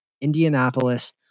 Indianapolis